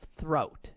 throat